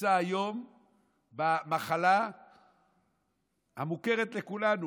נמצא היום במחלה המוכרת לכולנו,